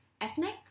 ethnic